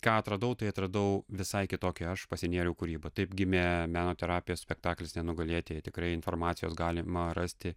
ką atradau tai atradau visai kitokį aš pasinėriau kūrybą taip gimė meno terapijos spektaklis nenugalėtieji tikrai informacijos galima rasti